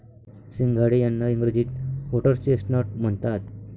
सिंघाडे यांना इंग्रजीत व्होटर्स चेस्टनट म्हणतात